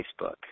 Facebook